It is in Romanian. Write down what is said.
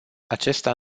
acesta